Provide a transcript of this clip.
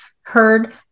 heard